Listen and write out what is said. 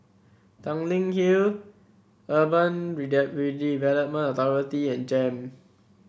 Tanglin Hill Urban Redevelopment Authority and JEM